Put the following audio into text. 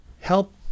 help